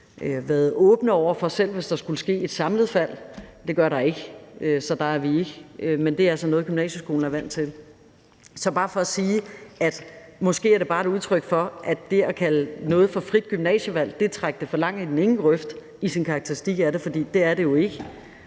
været åbne over for det, selv hvis der skulle ske et samlet fald – det gør der ikke, så der er vi ikke. Men det er altså noget, gymnasieskolen er vant til. Det er bare for at sige, at det måske blot er et udtryk for, at det at kalde noget for frit gymnasievalg er at trække det for langt i den ene retning i sin karakteristik af det, for det er det jo ikke.